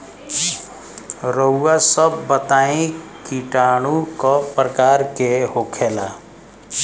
रउआ सभ बताई किटाणु क प्रकार के होखेला?